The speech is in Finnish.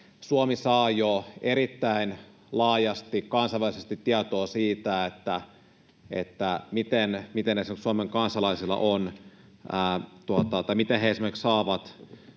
Suomi saa jo erittäin laajasti kansainvälisesti tietoa siitä, miten esimerkiksi Suomen kansalaiset saavat